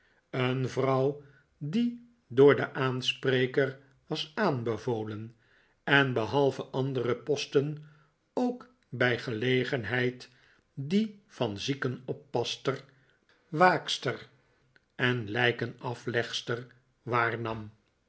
een vrouw die door den aanspreker was aanbevolen en behalve andere posten ook bij gelegenheid die van ziekenoppasster waakster en lijkenaflegster waarnam